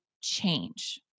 change